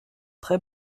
très